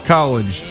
College